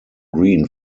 green